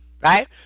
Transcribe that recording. Right